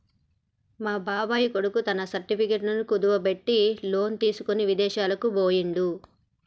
మా బాబాయ్ కొడుకు తన సర్టిఫికెట్లను కుదువబెట్టి లోను తీసుకొని ఇదేశాలకు బొయ్యిండు